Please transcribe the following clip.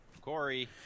Corey